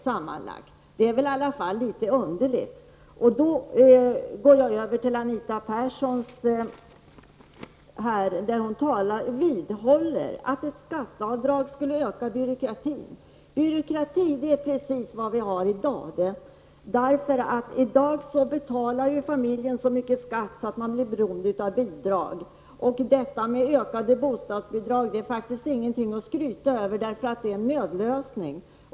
Därmed går jag över till Anita Persson, som vidhåller att ett skatteavdrag för barn skulle öka byråkratin. Byråkrati är precis vad som finns i dag, när familjer betalar så mycket skatt att de blir beroende av bidrag. De höjda bostadsbidragen är ingenting att skryta över, därför att det är en nödlösning.